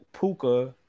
Puka